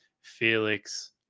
Felix